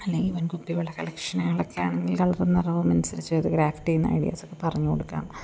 അല്ലെങ്കിൽ വൻ കുപ്പിവള കളക്ഷനുകളൊക്കെ ആണെങ്കിൽ കളറും നിറവും അുസരിച്ചത് ക്രാഫ്റ്റ് ചെയ്യുന്ന ഐഡിയാസൊക്കെ പറഞ്ഞുകൊടുക്കാം